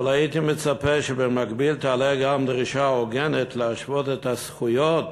אבל הייתי מצפה שבמקביל תעלה גם דרישה הוגנת להשוות את הזכויות,